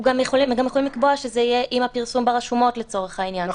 גם יכולים לקבוע שזה יהיה עם הפרסום ברשומות לצורך העניין.